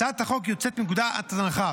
הצעת החוק יוצאת מנקודת הנחה